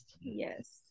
Yes